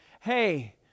hey